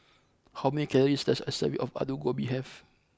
how many calories does a serving of Alu Gobi have